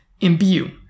imbue